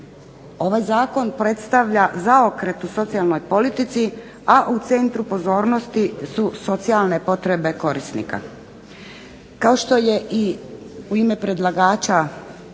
Ovaj zakon predstavlja zaokret u socijalnoj politici, a u centru pozornosti su socijalne potrebe korisnika.